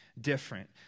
Different